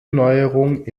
neuerung